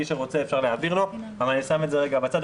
מי שרוצה אפשר להעביר לו אני שם את זה רגע בצד.